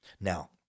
Now